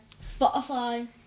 Spotify